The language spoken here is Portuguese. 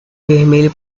vermelho